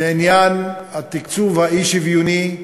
בעניין התקצוב האי-שוויוני,